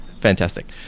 Fantastic